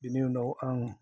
बेनि उनाव आं